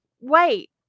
wait